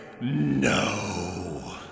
no